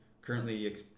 currently